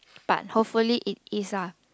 but hopefully it is ah